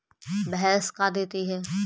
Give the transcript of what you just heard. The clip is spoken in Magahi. भैंस का देती है?